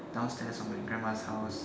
downstairs of my grandma's house